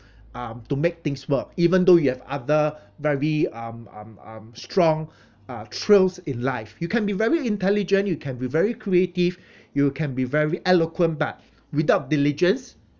um to make things work even though you have other very um um um strong uh trails in life you can be very intelligent you can be very creative you can be very eloquent but without diligence